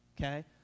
Okay